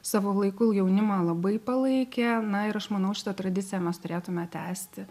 savo laiku jaunimą labai palaikė na ir aš manau šitą tradiciją mes turėtume tęsti